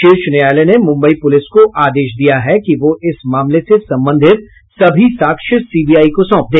शीर्ष न्यायालय ने मुम्बई प्रलिस को आदेश दिया है कि वह इस मामले से संबंधित सभी साक्ष्य सीबीआई को सौंप दे